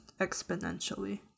exponentially